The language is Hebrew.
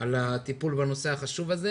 על הטיפול בנושא החשוב הזה.